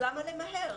למה למהר?